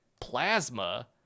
plasma